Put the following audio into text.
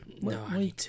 no